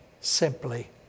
simply